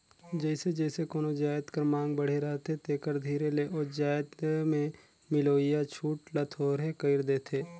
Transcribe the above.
जइसे जइसे कोनो जाएत कर मांग बढ़े लगथे तेकर धीरे ले ओ जाएत में मिलोइया छूट ल थोरहें कइर देथे